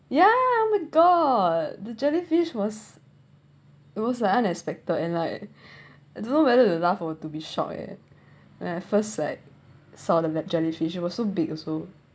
ya oh my god the jellyfish was almost like unexpected and like I don't know whether to laugh or to be shocked eh when I first like saw the that jellyfish it was so big also